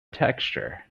texture